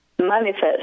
manifest